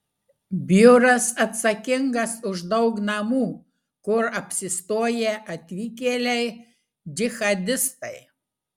biuras atsakingas už daug namų kur apsistoję atvykėliai džihadistai